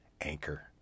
Anchor